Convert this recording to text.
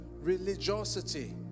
religiosity